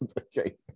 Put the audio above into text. Okay